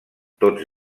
tots